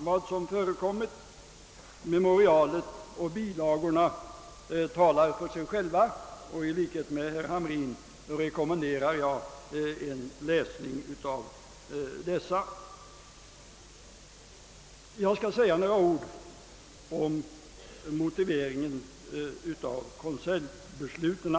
vad som förekommit, ty memorialet och bilagorna talar för sig själva, och i likhet med herr Hamrin i Jönköping rekommenderar jag en läsning av dessa. Jag skall säga några ord om motiveringen av konseljbesluten.